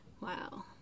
wow